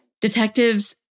detectives